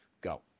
go